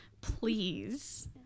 Please